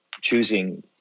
choosing